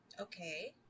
Okay